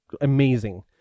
amazing